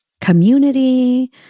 community